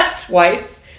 twice